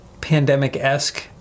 pandemic-esque